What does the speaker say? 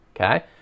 okay